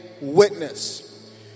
witness